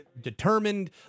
determined